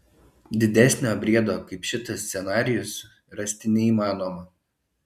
didesnio briedo kaip šitas scenarijus rasti neįmanoma